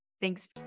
Thanks